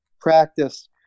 Practice